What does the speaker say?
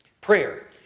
Prayer